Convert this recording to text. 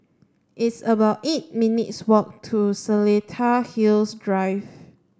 it's about eight minutes' walk to Seletar Hills Drive